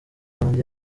wanjye